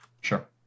Sure